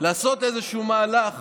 לעשות איזה מהלך